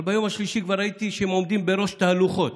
אבל ביום השלישי כבר ראיתי שהם עומדים בראש תהלוכות.